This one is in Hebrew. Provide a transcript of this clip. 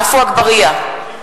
(קוראת בשמות חברי הכנסת) עפו אגבאריה,